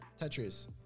tetris